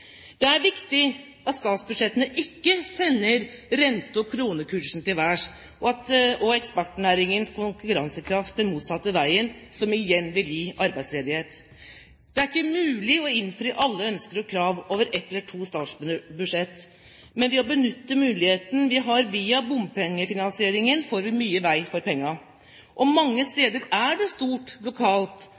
Det er viktig at statsbudsjettene ikke sender renter og kronekurs til værs og eksportnæringens konkurransekraft den motsatte veien, noe som igjen vil gi arbeidsledighet. Det er ikke mulig å innfri alle ønsker og krav over ett eller to statsbudsjetter, men ved å benytte muligheten vi har via bompengefinansieringen, får vi mye vei for pengene. Mange steder er det stort lokalt